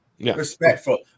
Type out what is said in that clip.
respectful